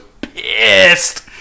pissed